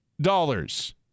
dollars